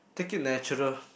take it natural